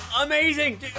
Amazing